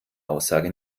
aussage